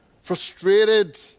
Frustrated